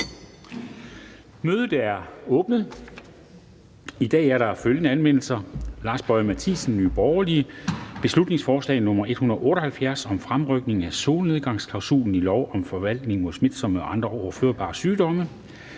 Mødet er åbnet. I dag er der følgende anmeldelser: Lars Boje Mathiesen (NB) m.fl.: Beslutningsforslag nr. B 178 (Forslag til folketingsbeslutning om fremrykning af solnedgangsklausulen i lov om foranstaltninger mod smitsomme og andre overførbare sygdomme)